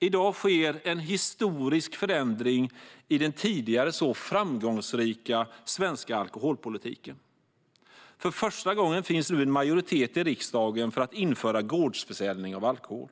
I dag sker en historisk förändring i den tidigare så framgångsrika svenska alkoholpolitiken. För första gången finns nu en majoritet i riksdagen för att införa gårdsförsäljning av alkohol.